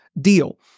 deal